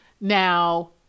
Now